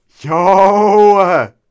Yo